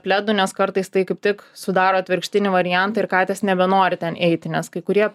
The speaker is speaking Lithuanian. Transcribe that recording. pledų nes kartais tai kaip tik sudaro atvirkštinį variantą ir katės nebenori ten eiti nes kai kurie